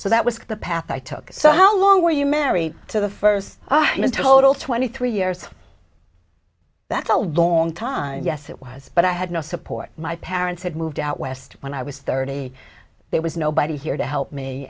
so that was the path i took so how long were you married to the first total twenty three years that's a long time yes it was but i had no support my parents had moved out west when i was thirty there was nobody here to help me